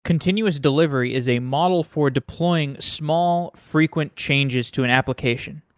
continuous delivery is a model for deploying small frequent changes to an application.